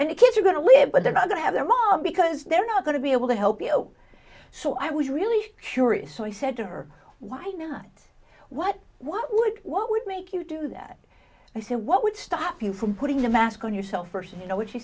and the kids are going to live but they're not going to have their mom because they're not going to be able to help you so i was really curious so i said to her why not what what would what would make you do that i said what would stop you from putting a mask on yourself first you know what she